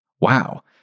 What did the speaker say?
Wow